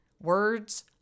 words